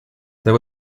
there